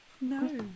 No